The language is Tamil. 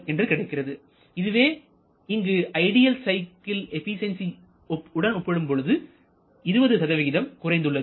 என்று கிடைக்கிறது இதுவே இங்கு ஐடியல் சைக்கிள் எபிசென்சி ஒப்பிடும் பொழுது 20 குறைந்துள்ளது